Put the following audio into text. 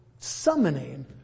summoning